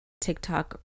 TikTok